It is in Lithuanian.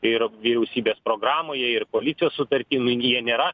ir vyriausybės programoje ir koalicijos sutarty nu jie nėra